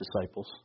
disciples